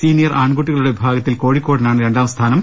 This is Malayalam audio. സീനിയർ ആൺകുട്ടികളുടെ വിഭാഗ ത്തിൽ കോഴിക്കോടിനാണ് രണ്ടാം സ്ഥാനം